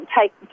take